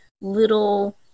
little